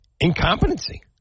incompetency